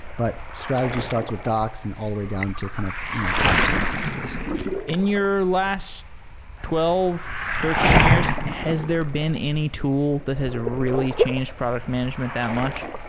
but strategy starts with docs and all the way down to kind of you know task management tools in your last twelve, thirteen years, has there been any tool that has really changed product management that much?